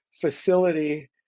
facility